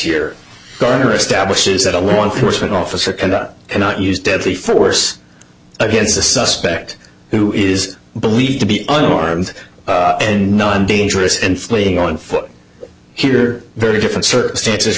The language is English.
here garner establishes that a law enforcement officer cannot cannot use deadly force against a suspect who is believed to be unarmed and non dangerous and fleeing on foot here very different circumstances